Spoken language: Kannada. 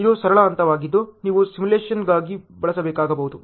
ಇದು ಸರಳ ಹಂತವಾಗಿದ್ದು ನೀವು ಸಿಮ್ಯುಲೇಶನ್ಗಾಗಿ ಬಳಸಬೇಕಾಗಬಹುದು